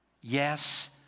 Yes